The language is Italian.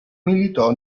militò